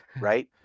right